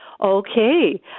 Okay